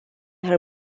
her